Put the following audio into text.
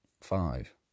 five